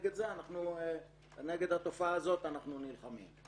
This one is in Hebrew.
ונגד התופעה הזאת אנחנו נלחמים.